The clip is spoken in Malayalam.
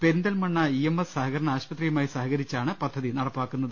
പെരിന്തൽമണ്ണ ഇ എം എസ് സഹ്കരണ ആശുപത്രിയുമായി സഹ്കരിച്ചാണ് പദ്ധതിനട പ്പാക്കുന്നത്